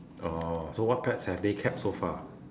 oh so what pets have they kept so far